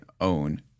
Own